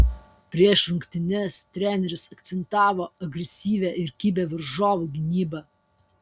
prieš rungtynes treneris akcentavo agresyvią ir kibią varžovų gynybą